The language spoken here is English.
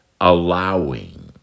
allowing